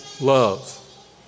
love